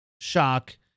Shock